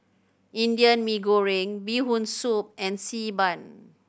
Indian Mee Goreng Bee Hoon Soup and Xi Ban